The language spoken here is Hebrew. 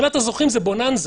ומבחינת הזוכים זה "בוננזה".